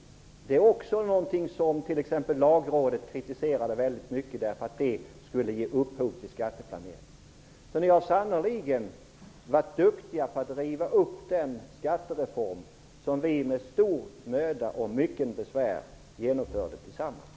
Det är också någonting som t.ex. Lagrådet kritiserade väldigt mycket därför det skulle ge upphov till skatteplanering. Ni har sannerligen varit duktiga på att riva upp den skattereform som vi med stor möda och mycket besvär genomförde tillsammans.